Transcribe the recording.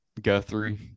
Guthrie